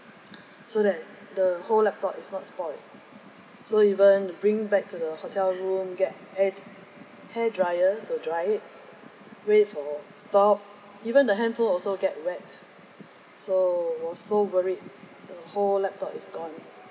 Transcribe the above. so that the whole laptop is not spoiled so even bring back to the hotel room get air hair dryer to dry it with or stop even the handphone also get wet so was so worried the whole laptop is gone